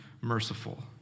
merciful